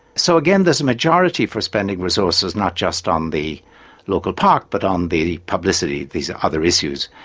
so again there's a majority for spending resources not just on the local park but on the publicity, these are other issues,